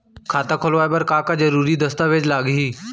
खाता खोलवाय बर का का जरूरी दस्तावेज लागही?